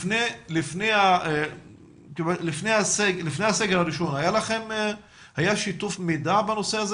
לפני הסגר הראשון היה שיתוף מידע בנושא?